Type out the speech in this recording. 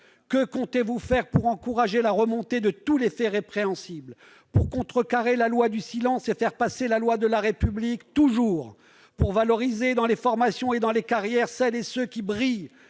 Que comptez-vous faire pour encourager la remontée de tous les faits répréhensibles, pour vous opposer à la loi du silence et faire passer la loi de la République, pour valoriser dans les formations et dans les carrières celles et ceux qui brillent